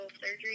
surgery